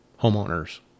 homeowner's